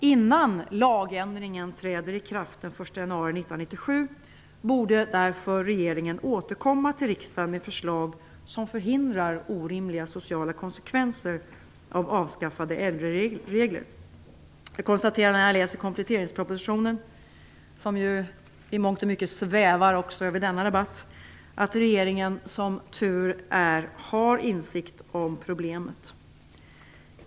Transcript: Innan lagändringen träder i kraft den 1 januari 1997 borde därför regeringen återkomma till riksdagen med förslag som förhindrar orimliga sociala konsekvenser av avskaffade äldreregler. Jag konstaterar när jag läser kompletteringspropositionen, som ju i mångt och mycket svävar också över denna debatt, att regeringen - som tur är - har insikt om problemet.